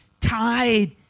tied